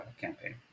campaign